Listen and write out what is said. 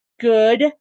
good